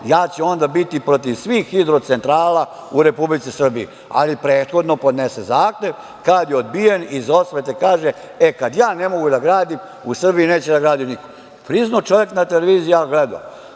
ja ću onda biti protiv svih hidrocentrala u Republici Srbiji, ali prethodno podnese zahtev, kad je odbijen iz osvete kaže – e, kad ja ne mogu da gradim u Srbiji, neće da gradi niko. Priznao čovek na televiziji, ja gledao,